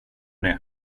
det